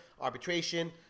arbitration